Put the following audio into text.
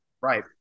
Right